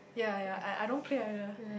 yea yea I don't play either